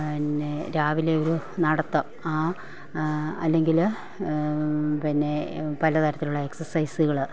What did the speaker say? പിന്നേ രാവിലെയൊരു നടത്തം ആ അല്ലെങ്കിൽ പിന്നേ പലതരത്തിലുള്ള എക്സസൈസുകൾ